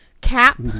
cap